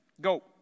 Go